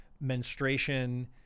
menstruation